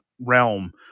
realm